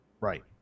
Right